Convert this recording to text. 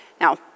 Now